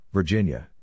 Virginia